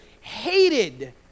hated